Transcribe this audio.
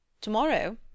To-morrow